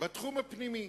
בתחום הפנימי,